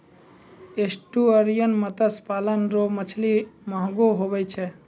estuarine मत्स्य पालन रो मछली महगो हुवै छै